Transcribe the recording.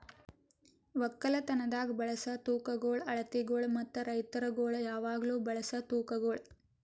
ಒಕ್ಕಲತನದಾಗ್ ಬಳಸ ತೂಕಗೊಳ್, ಅಳತಿಗೊಳ್ ಮತ್ತ ರೈತುರಗೊಳ್ ಯಾವಾಗ್ಲೂ ಬಳಸ ತೂಕಗೊಳ್